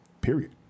period